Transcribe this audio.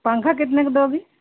पंखा कितने का दोगी